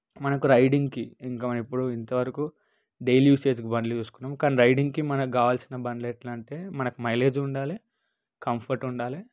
మనకు రైడింగ్కి ఇంక మనం ఎప్పుడూ ఇంతవరకు డైలీ యూసేజ్ బండ్లు చూసాం చూసుకున్నాం కానీ రైడింగ్కి మనకి కావలసిన ఎట్లా అంటే మనకి మైలేజ్ ఉండాలి కంఫర్ట్ ఉండాలి